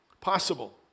possible